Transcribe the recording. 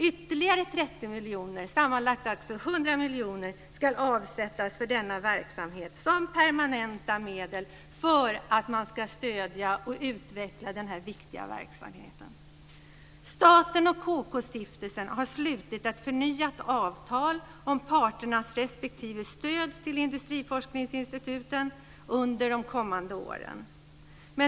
Ytterligare 30 miljoner, sammanlagt alltså 100 miljoner, ska alltså avsättas för denna verksamhet som permanenta medel för att man ska stödja och utveckla denna viktiga verksamhet. Staten och KK-stiftelsen har slutit ett förnyat avtal om parternas respektive stöd till industriforskningsinstituten under de kommande åren.